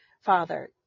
father